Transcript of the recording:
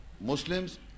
Muslims